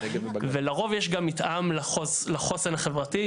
ולרוב יש גם מתאם לחוסן החברתי.